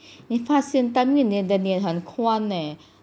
你怕线断因为你的脸很宽 leh